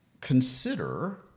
consider